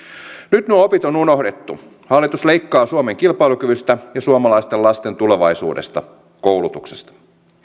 nyt nuo opit on unohdettu hallitus leikkaa suomen kilpailukyvystä ja suomalaisten lasten tulevaisuudesta koulutuksesta